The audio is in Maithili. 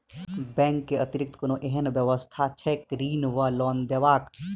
बैंक केँ अतिरिक्त कोनो एहन व्यवस्था छैक ऋण वा लोनदेवाक?